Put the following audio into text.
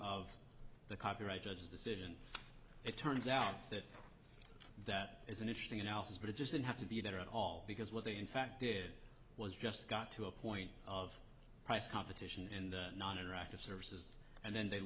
of the copyright judge's decision it turns out that that is an interesting analysis but it just didn't have to be there at all because what they in fact did was just got to a point of price competition and non interactive services and then they